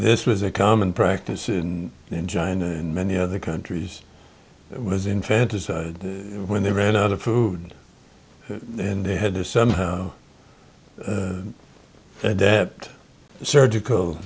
this was a common practice and in china and many other countries it was infanticide when they ran out of food and they had to somehow adept surgical